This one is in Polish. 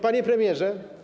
Panie Premierze!